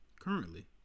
currently